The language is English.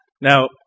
Now